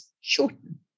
shorten